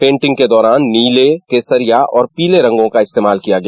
painting के दौरान नीले केसरिया और पीले रंग का इस्तेमाल किया गया